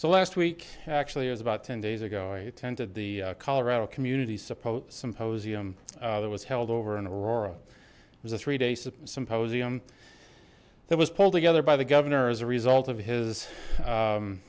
so last week actually it was about ten days ago i attended the colorado community capote symposium that was held over in aurora it was a three day symposium that was pulled together by the governor as a result of his